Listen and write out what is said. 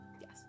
Yes